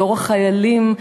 דור החיילים,